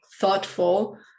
Thoughtful